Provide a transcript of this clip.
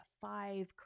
five